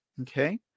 okay